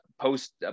post